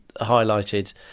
highlighted